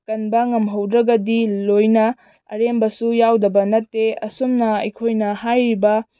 ꯀꯟꯕ ꯉꯝꯍꯧꯗ꯭ꯔꯒꯗꯤ ꯂꯣꯏꯅ ꯑꯔꯦꯝꯕꯁꯨ ꯌꯥꯎꯗꯕ ꯅꯠꯇꯦ ꯑꯁꯨꯝꯅ ꯑꯩꯈꯣꯏꯅ ꯍꯥꯏꯔꯤꯕ